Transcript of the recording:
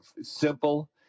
simple